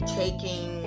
taking